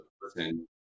person